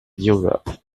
europe